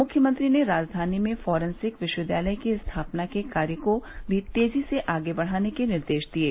मुख्यमंत्री ने राजधानी में फॉरेंसिक विश्वविद्यालय की स्थापना के कार्य को भी तेजी से आगे बढ़ाने के निर्देश दिये